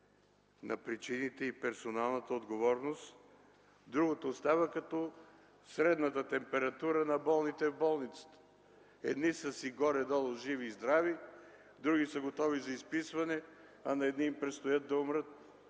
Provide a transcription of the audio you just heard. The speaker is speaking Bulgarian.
на причините и персоналната отговорност, другото остава като средната температура на болните в болницата – едни са си горе-долу живи и здрави, други са готови за изписване, а на едни им предстои да умрат.